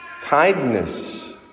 kindness